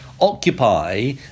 Occupy